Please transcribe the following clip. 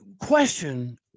question